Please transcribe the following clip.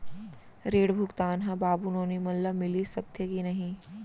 ऋण भुगतान ह बाबू नोनी मन ला मिलिस सकथे की नहीं?